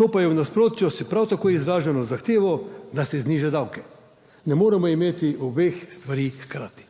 To pa je v nasprotju s prav tako izraženo zahtevo, da se zniža davke. Ne moremo imeti obeh stvari hkrati.